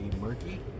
murky